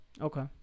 Okay